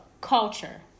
culture